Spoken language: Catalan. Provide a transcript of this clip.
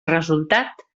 resultat